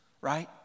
right